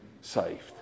saved